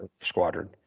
squadron